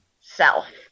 self